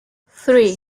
three